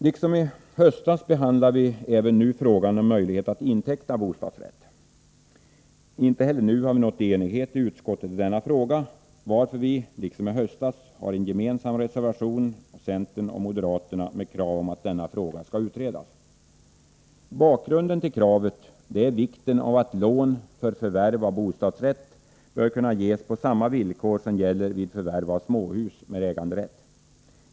Liksom i höstas behandlar vi även nu frågan om möjlighet att inteckna bostadsrätt. Inte heller nu har vi nått enighet i lagutskottet i denna fråga, varför vi liksom i höstas har en gemensam reservation från centern och moderaterna med krav på att denna fråga skall utredas. Bakgrunden till kravet är vikten av att lån för förvärv av bostadsrätt bör Nr 104 kunna ges på samma villkor som gäller vid förvärv av småhus med Onsdagen den äganderätt.